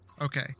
Okay